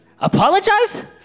Apologize